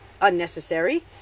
unnecessary